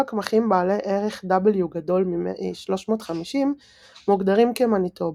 כל הקמחים בעלי ערך W > 350 מוגדרים כמניטובה,